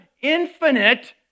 infinite